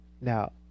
Now